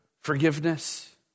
forgiveness